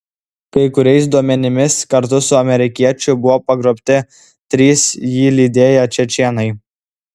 kai kuriais duomenimis kartu su amerikiečiu buvo pagrobti trys jį lydėję čečėnai